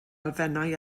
elfennau